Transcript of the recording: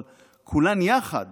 אבל כולן יחד